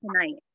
tonight